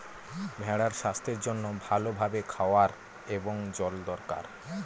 ভেড়ার স্বাস্থ্যের জন্য ভালো ভাবে খাওয়ার এবং জল দরকার